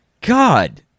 God